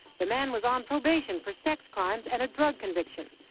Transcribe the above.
the man was on probation for sex crimes and a drug conviction,